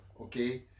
okay